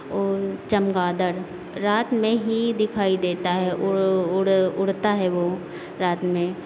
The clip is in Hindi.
वो चमगादड़ रात में ही दिखाई देता है उड़ उड़ उड़ता है वो रात में